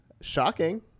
shocking